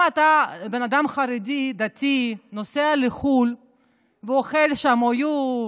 אם אתה בן אדם חרדי, דתי, נוסע לחו"ל ואוכל שם OU,